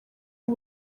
y’u